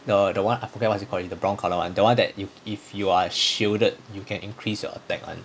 the the one I forgot what is it called already the brown colour [one] the one that if if you are shielded you can increase your attack [one]